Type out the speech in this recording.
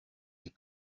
les